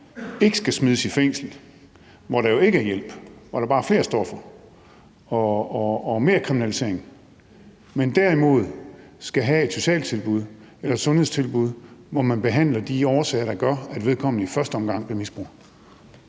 ikke smides i fængsel, hvor der jo ikke er hjælp, og hvor der bare er flere stoffer og mere kriminalisering, men derimod have et socialtilbud eller et sundhedstilbud, hvor man behandler de årsager, der gør, at vedkommende i første omgang blev misbruger?